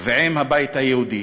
ועם הבית היהודי.